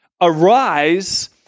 Arise